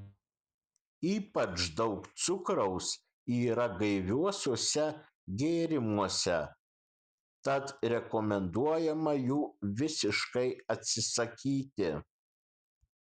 ypač daug cukraus yra gaiviuosiuose gėrimuose tad rekomenduojama jų visiškai atsisakyti